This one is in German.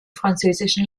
französischen